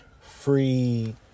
free